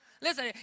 Listen